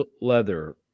leather